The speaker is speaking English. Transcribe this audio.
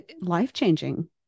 life-changing